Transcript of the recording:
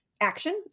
action